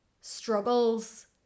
struggles